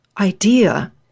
idea